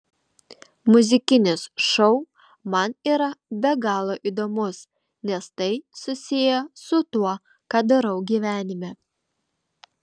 muzikinis šou man yra be galo įdomus nes tai susiję su tuo ką darau gyvenime